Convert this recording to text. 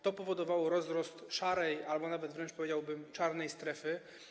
To powodowało rozrost szarej albo nawet wręcz, powiedziałbym, czarnej strefy.